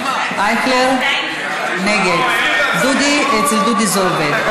אייכלר, נגד, דודי, אצל דודי זה עובד.